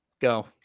Go